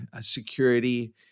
security